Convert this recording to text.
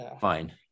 fine